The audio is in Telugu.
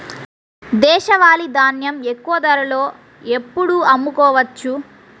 దేశవాలి ధాన్యం ఎక్కువ ధరలో ఎప్పుడు అమ్ముకోవచ్చు?